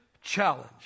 challenge